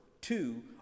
Two